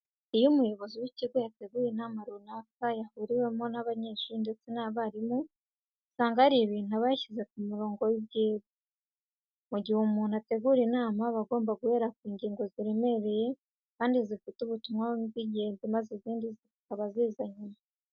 Iyo umuyobozi w'ikigo yateguye inama runaka yahuriwemo n'abanyeshuri ndetse n'abarimu, usanga hari ibintu aba yashyize ku murongo w'ibyigwa. Mu gihe umuntu ategura inama aba agomba guhera ku ngingo ziremereye kandi zifite ubutumwa bw'ingenzi maze izindi zikaba ziza nyuma.